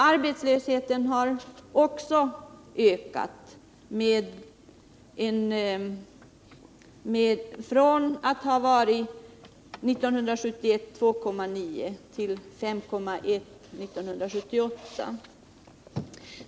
Arbetslösheten har också ökat från 2,9 96 år 1971 till 5,1 26 år 1978.